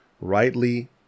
rightly